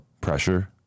pressure